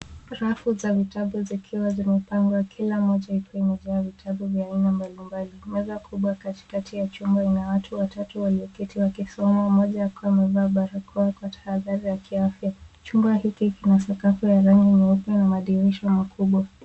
Rafu za vitabu zikiwa zimepangwa kila moja ikiwa imejaa vitabu vya aina mbalimbali. Meza kubwa katikati ya chumba ina watu watatu walioketi wakisoma, moja akiwa amevaa barakoa kutahadhari ya kiafya. Chumba hiki kina sakafu ya rangi nyeupe na madirisha makubwa.